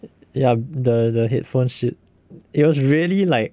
they are the headphone shit it was really like